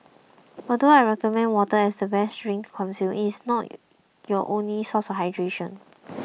although I recommend water as the best drink consume it is not your only source of hydration